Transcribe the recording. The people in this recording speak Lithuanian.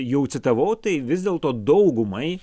jau citavau tai vis dėlto daugumai